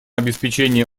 обеспечение